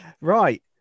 right